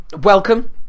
welcome